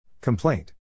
Complaint